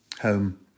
home